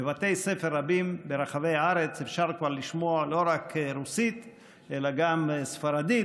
בבתי ספר רבים ברחבי הארץ כבר אפשר לשמוע לא רק רוסית אלא גם ספרדית,